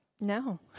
No